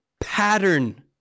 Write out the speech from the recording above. pattern